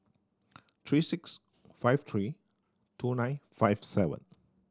three six five three two nine five seven